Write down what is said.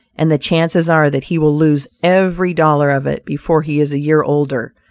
and the chances are that he will lose every dollar of it before he is a year older.